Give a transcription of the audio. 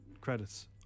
credits